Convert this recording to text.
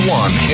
one